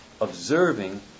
Observing